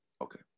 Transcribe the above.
Okay